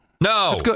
No